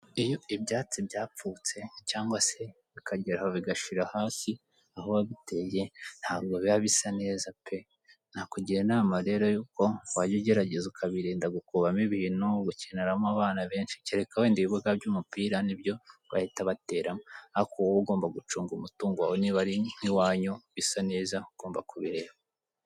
Iyo ibyatsi byapfutse cyangwa se bikageraho bigashira hasi aho wabiteye, ntabwo biba bisa neza pe. Nakugira inama rero yuko wajya ugerageza ukabirinda gukubamo ibintu gukiniramo abana benshi, kereka wenda ibibuga by'umupira nibyo wahita batera ariko wowe ugomba gucunga umutungo wawe niba ari uw'iwanyu bisa neza ugomba kubireba.